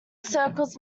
circles